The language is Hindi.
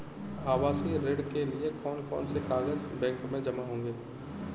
आवासीय ऋण के लिए कौन कौन से कागज बैंक में जमा होंगे?